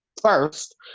first